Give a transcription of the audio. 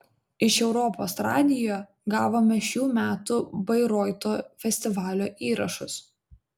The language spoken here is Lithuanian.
iš europos radijo gavome šių metų bairoito festivalio įrašus